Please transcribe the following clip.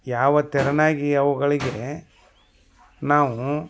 ಯಾವ ತೆರನಾಗಿ ಅವುಗಳಿಗೆ ನಾವು